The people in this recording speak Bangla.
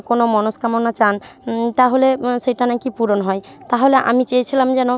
কোনো মনস্কামনা চান তাহলে সেটা নাকি পূরণ হয় তাহলে আমি চেয়েছিলাম যেন